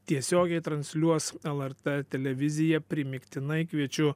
tiesiogiai transliuos lrt televizija primygtinai kviečiu